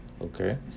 Okay